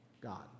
God